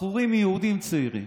בחורים יהודים צעירים,